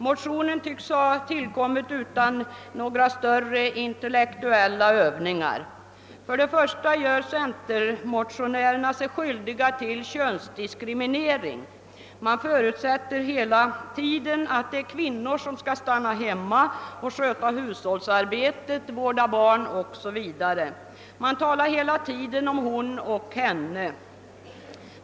Motionen tycks ha tillkommit utan några större intellektuella övningar. Först och främst gör sig centermotionärerna skyldiga till könsdiskriminering. De förutsätter hela tiden att det är kvinnor som skall stanna hemma och sköta hushållsarbetet, vårda barn o.s.v. — de skriver hela tiden om »hon» och »henne».